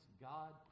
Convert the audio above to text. God